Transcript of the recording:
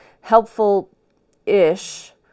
helpful-ish